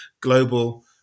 global